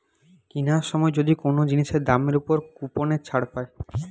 কিনার সময় যদি কোন জিনিসের দামের উপর কুপনের ছাড় পায়